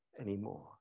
anymore